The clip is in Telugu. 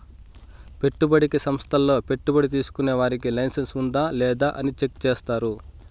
పెట్టుబడికి సంస్థల్లో పెట్టుబడి తీసుకునే వారికి లైసెన్స్ ఉందా లేదా అని చెక్ చేస్తారు